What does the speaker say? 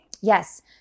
Yes